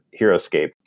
Heroescape